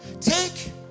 Take